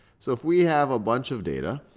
so if we have a bunch of data,